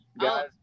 guys